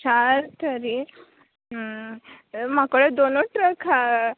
चार तरी हं म्हाकोडें दोनूच ट्रक हा